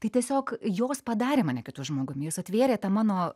tai tiesiog jos padarė mane kitu žmogum jos atvėrė tą mano